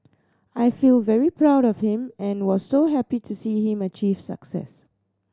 I feel very proud of him and was so happy to see him achieve success